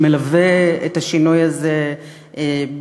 שמלווה את השינוי הזה בנאמנות,